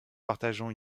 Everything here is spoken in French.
partageant